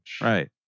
Right